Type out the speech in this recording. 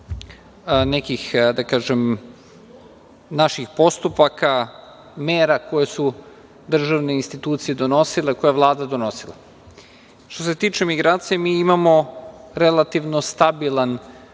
nekih naših postupaka, mera koje su državne institucije donosile, koje je Vlada donosila. Što se tiče migracija, mi imamo relativno stabilan